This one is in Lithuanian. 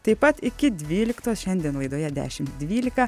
taip pat iki dvyliktos šiandien laidoje dešim dvylika